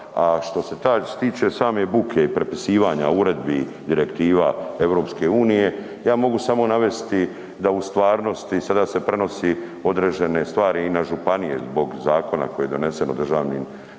A što se tiče same buke i prepisivanja uredbi, direktiva EU, ja mogu samo navesti da u stvarnosti sada se prenosi određene stvari i na županije zbog zakona koji je donesen u državnim tijelima,